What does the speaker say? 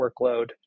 workload